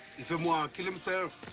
if him want to kill himself,